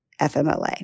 FMLA